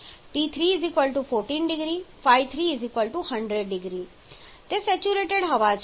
T3 14 0C ϕ3 100 તે saturated હવા છે